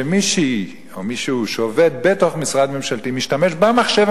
שמישהי או מישהו שעובד בתוך משרד ממשלתי משתמש במחשב